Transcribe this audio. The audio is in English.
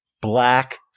Black